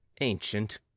ancient